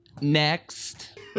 Next